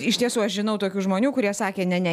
iš tiesų aš žinau tokių žmonių kurie sakė ne ne